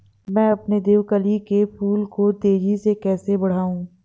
मैं अपने देवकली के फूल को तेजी से कैसे बढाऊं?